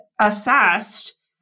assessed